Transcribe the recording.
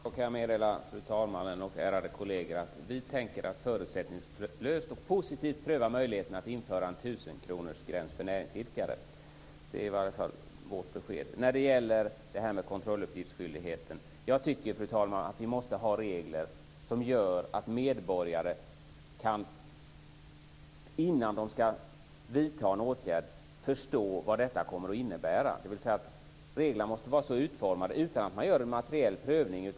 Fru talman! Då kan jag meddela fru talmannen och de ärade kollegerna att vi tänker förutsättningslöst och positivt pröva möjligheten att införa en tusenkronorsgräns för näringsidkare. Det är vårt besked. När det gäller kontrolluppgiftsskyldigheten tycker jag, fru talman, att vi måste ha regler som gör att medborgare innan de ska vidta en åtgärd kan förstå vad detta kommer att innebära. Reglerna måste alltså vara så utformade utan att man gör en materiell prövning.